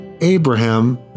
Abraham